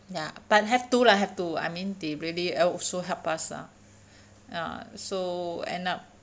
ya but have to lah have to I mean they really also help us ah ya so end up